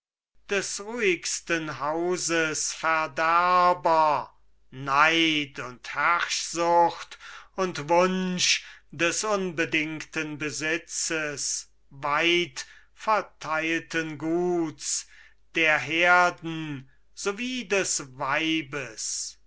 des ruhigsten hauses verderber neid und herrschsucht und wunsch des unbedingten besitzes weit verteileten guts der herden so wie des weibes